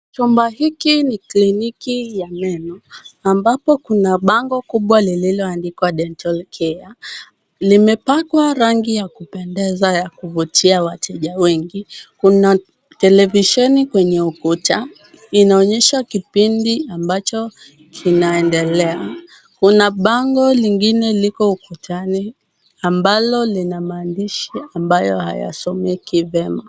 Chumba hiki ni kliniki ya meno, ambapo kuna bango kubwa lililoandikwa dental care .Limepakwa rangi ya kupendeza ya kuvutia wateja wengi. Kuna televisheni kwenye ukuta, inaonyesha kipindi ambacho kinaendelea, kuna bango lingine liko ukutani ambalo lina maandishi ambayo hayasomeki vyema.